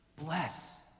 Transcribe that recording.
bless